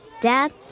Dad